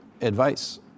advice